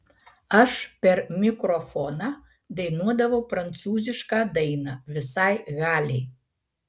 aš per mikrofoną dainuodavau prancūzišką dainą visai halei